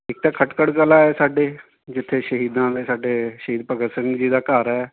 ਇੱਕ ਤਾਂ ਖਟਕੜ ਕਲਾ ਹੈ ਸਾਡੇ ਜਿੱਥੇ ਸ਼ਹੀਦਾਂ ਦੇ ਸਾਡੇ ਸ਼ਹੀਦ ਭਗਤ ਸਿੰਘ ਜੀ ਦਾ ਘਰ ਹੈ